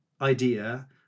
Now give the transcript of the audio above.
idea